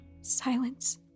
Silence